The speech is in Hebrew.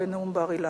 בנאום בר-אילן.